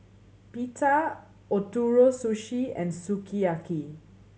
Pita Ootoro Sushi and Sukiyaki